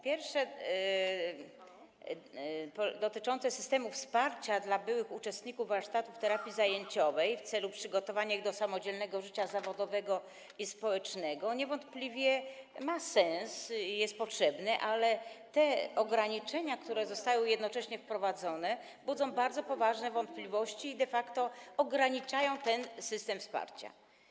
Pierwsze dotyczy systemu wsparcia dla byłych uczestników warsztatów terapii zajęciowej w celu przygotowania ich do samodzielnego życia zawodowego i społecznego, co niewątpliwie ma sens i jest potrzebne, ale te ograniczenia, które zostały wprowadzone, budzą bardzo poważne wątpliwości i de facto ograniczają ten system wsparcia.